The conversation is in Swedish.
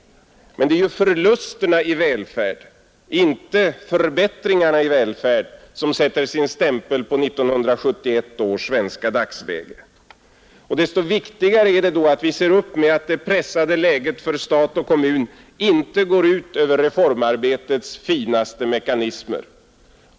Men det är ju förlusterna i välfärd och inte förbättringarna i välfärd som sätter sin stämpel på 1971 års svenska dagsläge. Desto viktigare är det då att vi ser upp med att det pressade läget för stat och kommun inte går ut över reformarbetets finaste mekanismer.